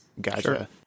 Gotcha